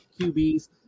QBs